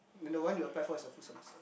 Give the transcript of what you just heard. another one you applied for is a full semester